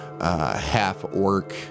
half-orc